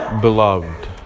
beloved